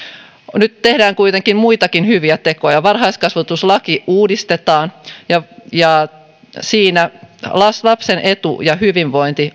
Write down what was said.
nyt tehdään kuitenkin muitakin hyviä tekoja varhaiskasvatuslaki uudistetaan ja ja siinä lapsen etu ja hyvinvointi